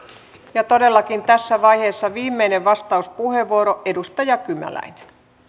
rahoitus todellakin tässä vaiheessa viimeinen vastauspuheenvuoro edustaja kymäläinen